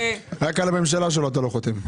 רק על הממשלה שלו אתה לא חותם.